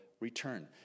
return